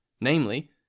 namely